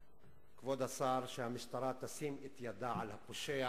כבוד השר, שהמשטרה תשים את ידה על הפושע